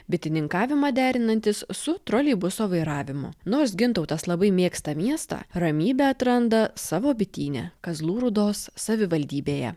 bitininkavimą derinantis su troleibuso vairavimu nors gintautas labai mėgsta miestą ramybę atranda savo bityne kazlų rūdos savivaldybėje